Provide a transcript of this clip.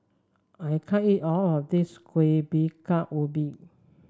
I can't eat all of this Kueh Bingka Ubi